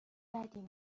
بدی